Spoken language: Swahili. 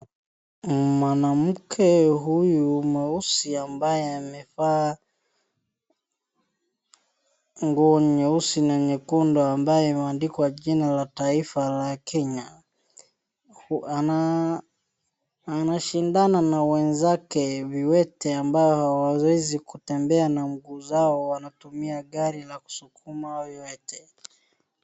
Mwanamke huyu mweusi ambaye amevaa nguo nyeusi na nyekundu ambaye imeandikwa jina la taifa la Kenya. Anashindana na wenzake viwete ambao hawawezi kutembea na mguu zao. Wanatumia gari la kusukuma viwete.